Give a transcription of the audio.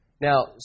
Now